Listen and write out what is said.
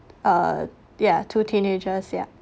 uh yeah two teenagers ya